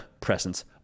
presence